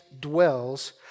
dwells